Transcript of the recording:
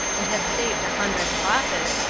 and had saved a hundred prophets,